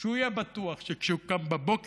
שהוא יהיה בטוח שכשהוא קם בבוקר